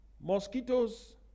Mosquitoes